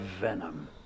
venom